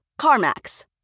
CarMax